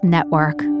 Network